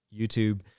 YouTube